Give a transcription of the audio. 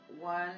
one